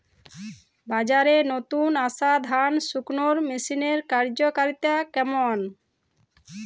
বাজারে নতুন আসা ধান শুকনোর মেশিনের কার্যকারিতা কেমন?